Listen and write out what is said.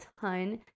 ton